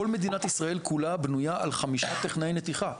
כל מדינת ישראל כולה בנויה על 5 טכנאי נתיחה.